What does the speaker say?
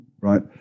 Right